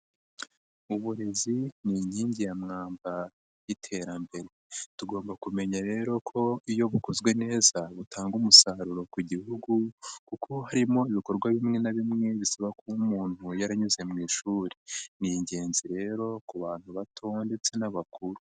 Uburezi ni inkingi ya mwamba y'iterambere, tugomba kumenya rero ko iyo bukozwe neza butanga umusaruro ku Gihugu kuko harimo ibikorwa bimwe na bimwe bisaba kuba umuntu yaranyuze mu ishuri, ni ingenzi rero ku bantu bato ndetse n'abakuru.